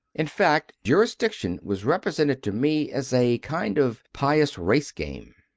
in fact, jurisdiction was represented to me as a kind of pious race-game.